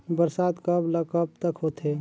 बरसात कब ल कब तक होथे?